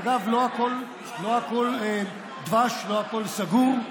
אגב, לא הכול דבש, לא הכול סגור.